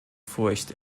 furcht